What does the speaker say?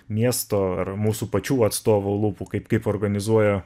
miesto ar mūsų pačių atstovų lūpų kaip kaip organizuoja